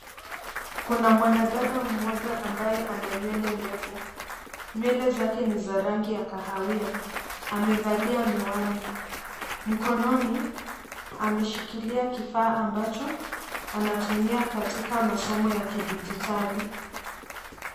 Kuna mwanadada mmoja ambaye ana nywele ndefu. Nywele zake ni ya rangi ya kahawia amevalia miwani. Mkononi ameshikilia kifaa ambacho anatumia katika masomo ya kidijitali.